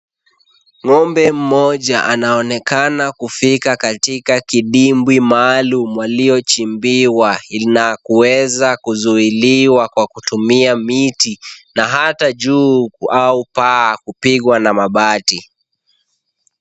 Ng'ombe mmoja anaonekana kufika katika kidimbwi maalum waliochimbiwa na kuweza kuzuiliwa kwa kutumia miti na hata juu au paa kupigwa na mabati.